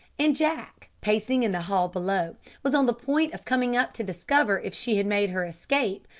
and jack, pacing in the hall below, was on the point of coming up to discover if she had made her escape,